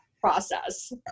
process